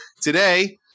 today